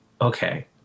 Okay